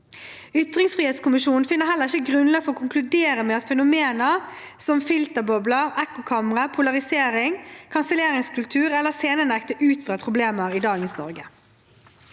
Ytringsfrihetskommisjonen finner heller ikke grunnlag for å konkludere med at fenomener som filterbobler, ekkokamre, polarisering, kanselleringskultur eller scenenekt er utbredte problemer i dagens Norge.